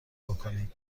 بکنید